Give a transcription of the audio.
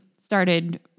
started